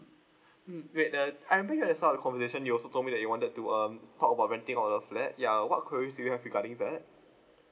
mm wait uh I think I mix up the conversation you also told me that you wanted to um talk about renting oout of your flat ya what queries do you have regarding that